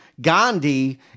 Gandhi